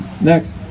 Next